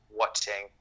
watching